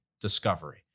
discovery